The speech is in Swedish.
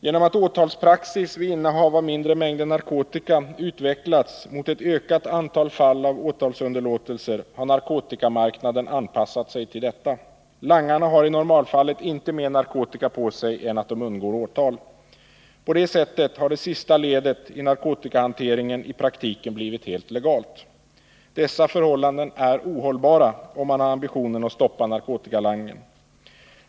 Genom att åtalspraxis vid innehav av mindre mängder narkotika utvecklats mot ett ökat antal fall av åtalsunderlåtelser har narkotikamarknaden anpassat sig till detta. Langarna har i normalfallet inte mer narkotika på sig än att de undgår åtal. På detta sätt har det sista ledet i narkotikahanteringen i praktiken blivit helt legalt. Dessa förhållanden är ohållbara, om man har ambitionen att stoppa narkotikalangningen.